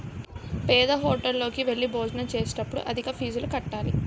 పేద్దహోటల్లోకి వెళ్లి భోజనం చేసేటప్పుడు అధిక ఫీజులు కట్టాలి